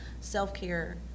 self-care